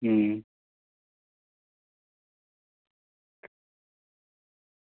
હમ